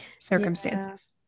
circumstances